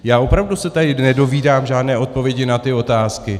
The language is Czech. Já se opravdu tady nedovídám žádné odpovědi na ty otázky.